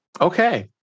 Okay